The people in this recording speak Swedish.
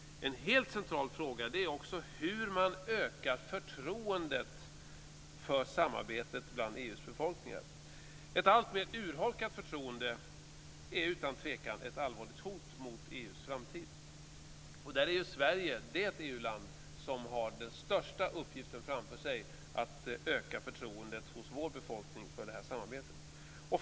En helt central fråga är hur man ökar förtroendet för samarbetet bland EU:s befolkningar. Ett alltmer urholkat förtroende är utan tvivel ett allvarligt hot mot EU:s framtid. Där är Sverige det EU-land som har den största uppgiften framför sig att öka förtroendet hos vår befolkning för det samarbetet.